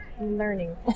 learning